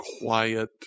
quiet